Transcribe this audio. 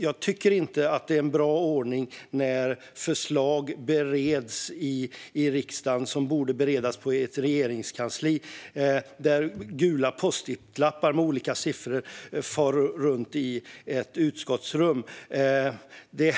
Jag tycker inte att det är en bra ordning när förslag som borde beredas i ett regeringskansli bereds i riksdagen där gula post it-lappar med olika siffror far runt i ett utskotts sammanträdesrum.